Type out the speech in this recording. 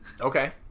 Okay